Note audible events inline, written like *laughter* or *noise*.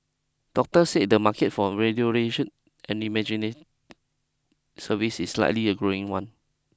doctors say the market for *unintelligible* and imagining services is likely a growing one